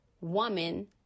woman